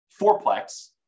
fourplex